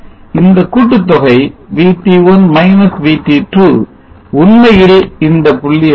இந்த கூட்டுத்தொகை VT1 VT2 உண்மையில் இந்த புள்ளியாகும்